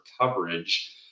coverage